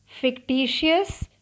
Fictitious